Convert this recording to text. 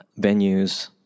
venues